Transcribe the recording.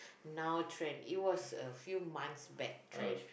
now trend it was a few months back trend